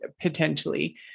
potentially